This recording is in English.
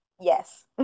yes